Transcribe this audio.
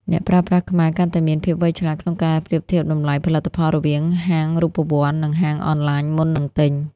អ្នកប្រើប្រាស់ខ្មែរកាន់តែមានភាពវៃឆ្លាតក្នុងការប្រៀបធៀបតម្លៃផលិតផលរវាងហាងរូបវន្ត និងហាងអនឡាញមុននឹងទិញ។